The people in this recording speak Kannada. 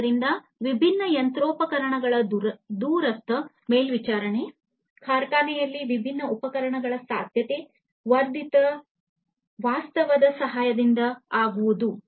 ಆದ್ದರಿಂದ ವಿಭಿನ್ನ ಯಂತ್ರೋಪಕರಣಗಳ ದೂರಸ್ಥ ಮೇಲ್ವಿಚಾರಣೆ ಕಾರ್ಖಾನೆಯಲ್ಲಿ ವಿಭಿನ್ನ ಉಪಕರಣಗಳು ಸಾಧ್ಯತೆ ವರ್ಧಿತ ವಾಸ್ತವದ ಸಹಾಯದಿಂದ ಆಗುವುದು